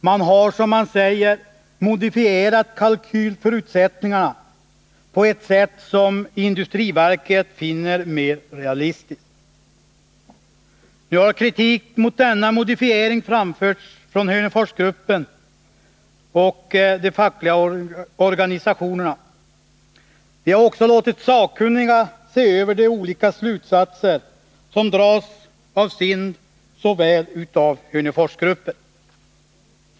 Man har, som man säger, ”modifierat kalkylförutsättningarna på ett sätt som industriverket finner mer realistiskt”. Nu har kritik mot denna modifiering framförts från Hörneforsgruppen och de fackliga organisationerna. Vi har också låtit sakkunniga se över de olika slutsatser som dragits av SIND och av Hörneforsgruppen.